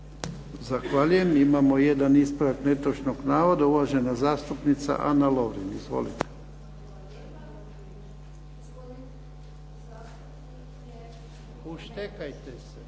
Zahvaljujem. Imamo jedan ispravak netočnog navoda uvažena zastupnica Ana Lovrin. Izvolite. **Lovrin, Ana